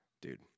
Dude